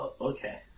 Okay